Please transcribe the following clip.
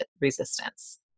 resistance